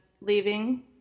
leaving